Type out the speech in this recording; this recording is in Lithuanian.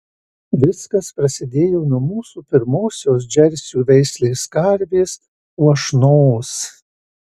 viskas prasidėjo nuo mūsų pirmosios džersių veislės karvės uošnos